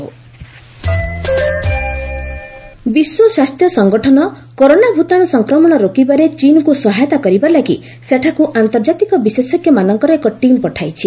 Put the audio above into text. WHO corona ବିଶ୍ୱ ସ୍ୱାସ୍ଥ୍ୟ ସଂଗଠନ କରୋନା ଭୂତାଣୁ ସଂକ୍ରମଣ ରୋକିବାରେ ଚୀନ୍କୁ ସହାୟତା କରିବା ଲାଗି ସେଠାକୁ ଆନ୍ତର୍ଜାତିକ ବିଶେଷଜ୍ଞମାନଙ୍କର ଏକ ଟିମ୍ ପଠାଇଛି